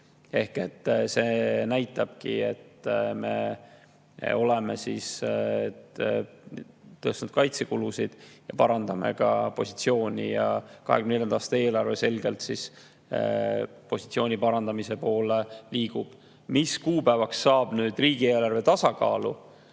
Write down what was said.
See näitabki, et me oleme tõstnud kaitsekulusid ja parandame ka positsiooni ja 2024. aasta eelarve selgelt positsiooni parandamise poole liigub. Mis kuupäevaks saab riigieelarve tasakaalu?